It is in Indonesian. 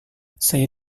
saya